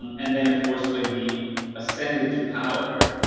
and and then of course, when he ascended to power,